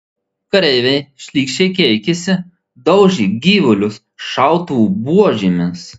kareiviai šlykščiai keikėsi daužė gyvulius šautuvų buožėmis